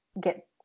get